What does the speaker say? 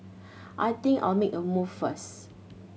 I think I'll make a move first